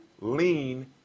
lean